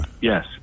Yes